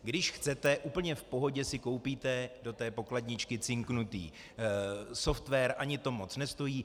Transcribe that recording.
Když chcete, úplně v pohodě si koupíte do té pokladničky cinknutý software, ani to moc nestojí.